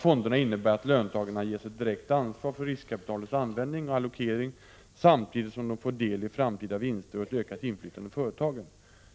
Fonderna innebär att löntagarna ges ett direkt ansvar för riskkapitalets användning och allokering samtidigt som de får del i framtida vinster och ett ökat inflytande på företaget.